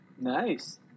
Nice